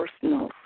personal